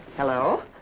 Hello